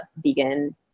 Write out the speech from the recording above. vegan